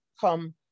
come